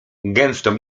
gęstą